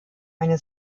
eine